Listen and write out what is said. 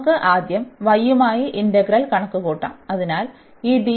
നമുക്ക് ആദ്യം y യുമായി ഇന്റഗ്രൽ കണക്കുകൂട്ടാം അതിനാൽ ഈ